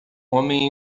homem